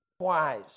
twice